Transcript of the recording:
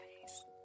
face